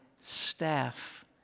staff